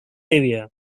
area